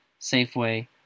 Safeway